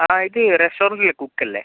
ആ ഇത് റെസ്റ്റോറൻറ്റിലെ കുക്കല്ലേ